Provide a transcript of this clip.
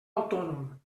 autònom